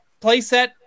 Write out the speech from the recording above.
playset